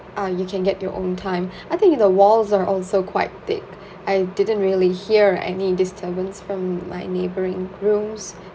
uh you can get your own time I think in the walls are also quite thick I didn't really hear any disturbance from my neighbouring rooms